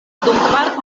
kvar